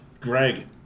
Greg